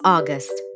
August